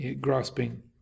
grasping